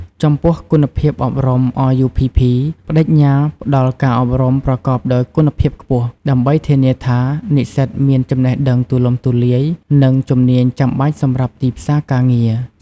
ចំពោះគុណភាពអប់រំRUPP ប្តេជ្ញាផ្តល់ការអប់រំប្រកបដោយគុណភាពខ្ពស់ ដើម្បីធានាថានិស្សិតមានចំណេះដឹងទូលំទូលាយ និងជំនាញចាំបាច់សម្រាប់ទីផ្សារការងារ។